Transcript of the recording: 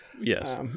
Yes